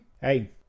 Hey